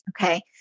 Okay